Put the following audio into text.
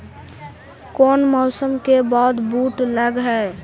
कोन मौसम के बाद बुट लग है?